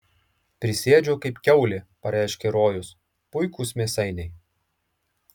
prisiėdžiau kaip kiaulė pareiškė rojus puikūs mėsainiai